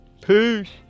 peace